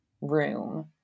room